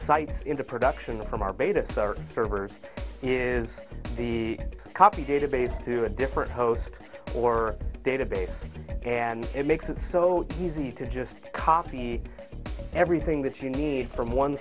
sites into production from our beta servers is the copy database to a different host or database and it makes it so easy to just copy everything that you need from one